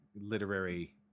literary